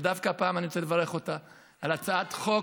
אבל דווקא הפעם אני רוצה לברך אותה על הצעת חוק,